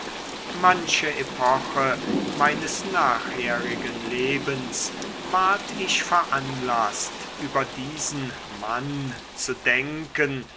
manche epoche meines nachherigen lebens ward ich veranlaßt über diesen mann zu denken